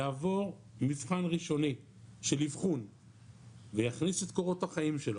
יעבור מבחן ראשוני של אבחון ויכניס את קורות החיים שלו,